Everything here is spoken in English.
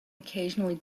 occasionally